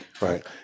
Right